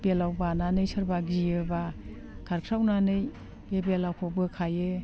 बेदलाव बानानै सोरबा गियोब्ला खारस्रावनानै बे बेदलावखौ बोखायो